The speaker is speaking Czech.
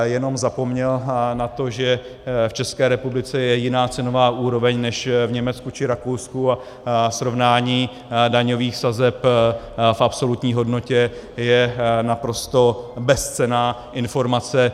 Jenom zapomněl na to, že v České republice je jiná cenová úroveň než v Německu či Rakousku a srovnání daňových sazeb v absolutní hodnotě je naprosto bezcenná informace.